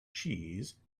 cheese